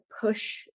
push